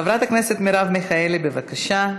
חברת הכנסת מרב מיכאלי, בבקשה,